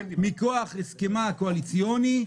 מכוח ההסכם הקואליציוני,